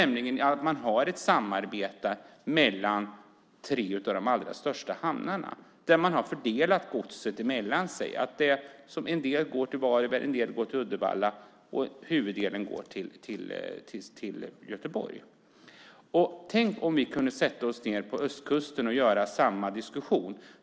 Man har nämligen ett samarbete mellan tre av de allra största hamnarna där man har fördelat godset mellan sig. En del går till Varberg, en del går till Uddevalla och huvuddelen går till Göteborg. Tänk om vi på östkusten kunde sätta oss ned och föra samma diskussion.